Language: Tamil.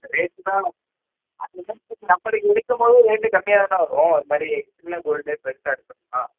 ரேட் தான் நம்மளுக்கு எடுக்கும் போது ரேட்டு கம்மியாக தானே வரும் இது மாதிரி சின்ன கோல்டு பெருசாக எடுத்தோம்ன்னா